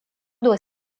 doit